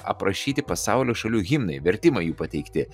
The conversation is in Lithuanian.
aprašyti pasaulio šalių himnai vertimai jų pateikti